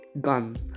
gun